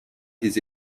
his